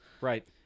Right